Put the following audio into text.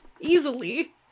Easily